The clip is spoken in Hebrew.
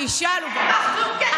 השרה מאי גולן.